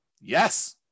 Yes